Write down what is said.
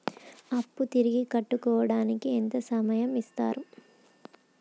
అప్పు తిరిగి కట్టడానికి ఎంత సమయం ఇత్తరు?